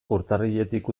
urtarriletik